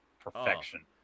perfection